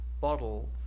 bottle